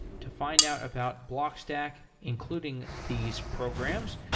to find out about blockstack including these programs,